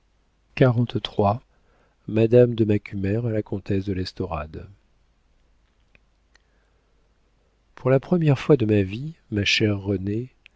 madame de macumer a la comtesse de l'estorade pour la première fois de ma vie ma chère renée